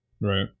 Right